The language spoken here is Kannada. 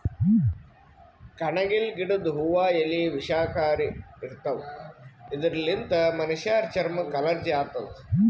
ಕಣಗಿಲ್ ಗಿಡದ್ ಹೂವಾ ಎಲಿ ವಿಷಕಾರಿ ಇರ್ತವ್ ಇದರ್ಲಿನ್ತ್ ಮನಶ್ಶರ್ ಚರಮಕ್ಕ್ ಅಲರ್ಜಿ ಆತದ್